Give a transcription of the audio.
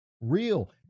real